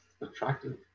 attractive